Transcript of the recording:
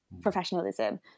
professionalism